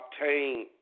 obtain